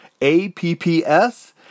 APPS